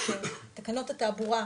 תקנות התעבורה,